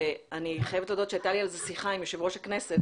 ואני חייבת להודות שהייתה לי על זה שיחה עם יושב-ראש הכנסת,